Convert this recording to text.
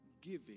giving